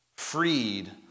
freed